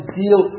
deal